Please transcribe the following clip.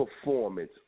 performance